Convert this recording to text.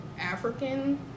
African